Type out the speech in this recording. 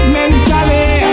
mentally